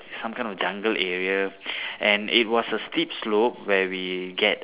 some kind of jungle area and it was a steep slope where we get